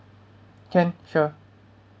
can sure